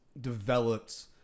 developed